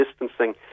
distancing